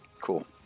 Cool